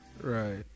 Right